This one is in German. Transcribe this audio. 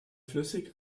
flüssig